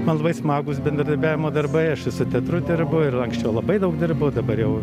man labai smagūs bendradarbiavimo darbai aš ir su teatru darbu ir anksčiau labai daug dirbau dabar jau